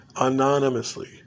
anonymously